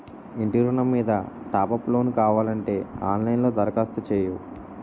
ఇంటి ఋణం మీద టాప్ అప్ లోను కావాలంటే ఆన్ లైన్ లో దరఖాస్తు చెయ్యు